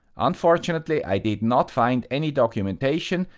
unfortunately, i did not find any documentation,